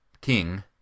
King